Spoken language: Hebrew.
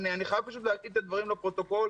כ"ט בחשון התשפ"א,